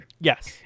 Yes